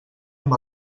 amb